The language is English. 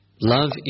love